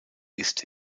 ist